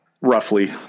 Roughly